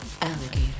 alligator